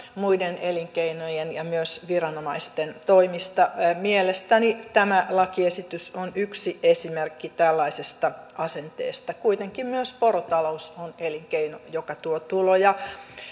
muiden elinkeinojen ja myös viranomaisten toimesta mielestäni tämä lakiesitys on yksi esimerkki tällaisesta asenteesta kuitenkin myös porotalous on elinkeino joka tuo tuloja